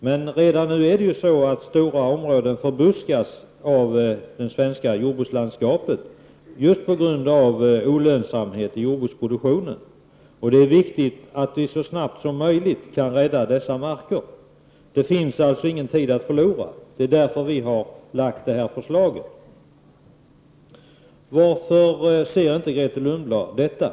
Men redan nu förbuskas stora områden i det svenska jordbrukslandskapet just på grund av olönsamhet i jordbruksproduktionen. Det är viktigt att vi så snabbt som möjligt kan rädda dessa marker. Ingen tid är alltså att förlora, och därför har vi framlagt vårt förslag. Varför inser inte Grethe Lundblad detta?